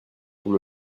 pour